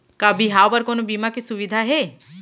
का बिहाव बर कोनो बीमा के सुविधा हे?